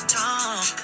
talk